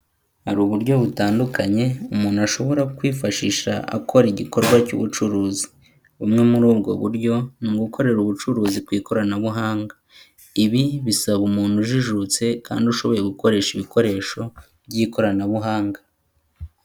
Hari uburyo butandukanye umuntu ashobora kwifashisha akora igikorwa cy'ubucuruzi, bumwe muri ubwo buryo ni ugukorera ubucuruzi ku ikoranabuhanga, ibi bisaba umuntu ujijutse kandi ushoboye gukoresha ibikoresho by'ikoranabuhanga.